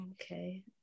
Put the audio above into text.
okay